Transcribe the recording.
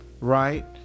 right